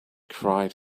cried